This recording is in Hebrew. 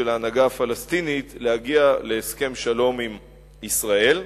ההנהגה הפלסטינית להגיע להסכם שלום עם ישראל.